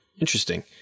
Interesting